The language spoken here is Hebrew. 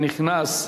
הנכנס,